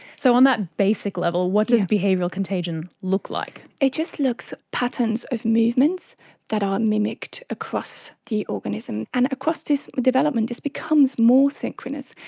so on that basic level, what does behavioural contagion look like? it's just looks like patterns of movements that are mimicked across the organism, and across this development this becomes more synchronous,